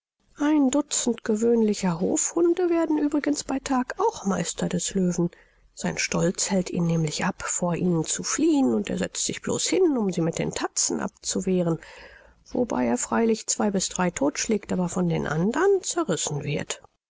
ein dutzend gewöhnlicher hofhunde werden übrigens bei tag auch meister des löwen sein stolz hält ihn nämlich ab vor ihnen zu fliehen und er setzt sich blos hin um sie mit den tatzen abzuwehren womit er freilich zwei bis drei tot schlägt aber von den andern zerrissen wird